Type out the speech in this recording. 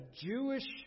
Jewish